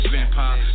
Vampire